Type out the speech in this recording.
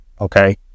Okay